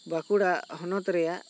ᱵᱟᱸᱠᱩᱲᱟ ᱦᱚᱱᱚᱛ ᱨᱮᱭᱟᱜ